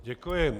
Děkuji.